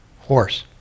horse